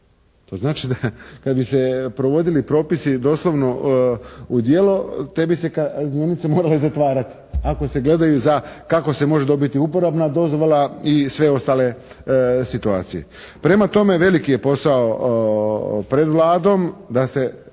To znači da kad bi se provodili propisi doslovno u djelo te bi se kaznionice morale zatvarati, ako se gledaju za, kako se može dobiti uporabna dozvola i sve ostale situacije. Prema tome, veliki je posao pred Vladom da se